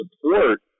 support